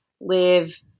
live